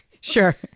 Sure